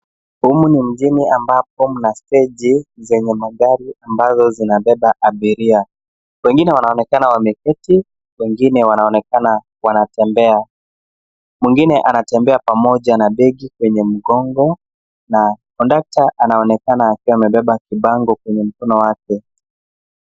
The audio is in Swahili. Humu ni mjini ambapo mna steji zenye magari ambazo zinabeba abiria .Wengine wanaonekana wameketi, wengine wanaonekana wanatembea. Mwingine anatembea pamoja na begi kwenye mgongo na kondakta anaonekana akiwa amebeba kibango kwenye mkono wake.